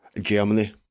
Germany